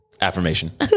affirmation